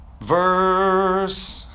verse